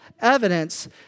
evidence